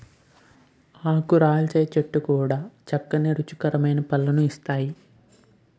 ఆకురాల్చే చెట్లు కూడా చక్కని రుచికరమైన పళ్ళను ఇస్తాయి